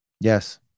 Yes